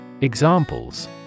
Examples